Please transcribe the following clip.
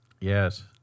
Yes